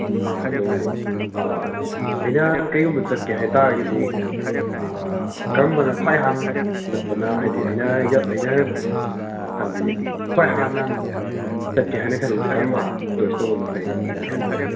ꯑꯥ ꯑꯗꯨ ꯑ ꯑꯩꯅ ꯀꯩꯒꯨꯝꯕ ꯆꯠꯀꯦ ꯍꯥꯏ ꯇꯥꯔꯒꯗꯤ ꯀꯔꯝꯕꯅ ꯈ꯭ꯋꯥꯏ ꯍꯥꯟꯅ ꯆꯠꯄꯅ ꯍꯥꯏꯗꯤ ꯑꯩꯅ ꯑꯩꯅ ꯍꯥꯏꯗꯤ ꯈ꯭ꯋꯥꯏ ꯍꯥꯟꯅ ꯆꯠꯀꯦ ꯍꯥꯏꯅ ꯈꯜꯂꯗꯤ ꯀꯔꯝꯕ ꯇꯨꯔꯤꯁ ꯇꯧꯕꯅ ꯐꯩ ꯍꯥꯏꯅ ꯈꯜꯂꯤ